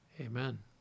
Amen